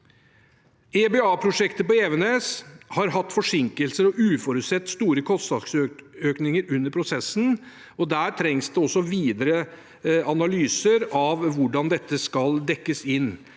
EBAprosjektet på Evenes har hatt forsinkelser og uforutsett store kostnadsøkninger under prosessen. Der trengs det også videre analyser av hvordan dette skal dekkes inn,